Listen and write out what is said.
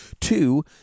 Two